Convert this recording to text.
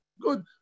Good